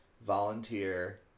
volunteer